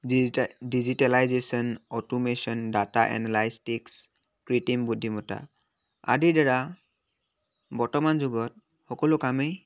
digital digitalisation automation data analytics কৃত্ৰিম বুদ্ধিমত্ত্বা আদিৰ দ্বাৰা বৰ্তমান যুগত সকলো কামেই